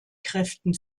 kräften